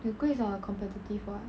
your grades are competitive [what]